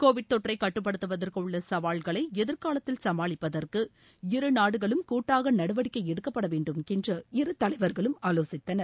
Covid தொற்றைக் கட்டுப்படுத்துவதற்கு உள்ள சவால்களை எதிர்காலத்தில் சமாளிப்பதற்கு இரு நாடுகளும் கூட்டாக நடவடிக்கை எடுக்கப்பட் வேண்டும் என்று இரு தலைவர்களும் ஆலோசித்தனர்